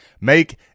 make